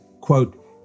quote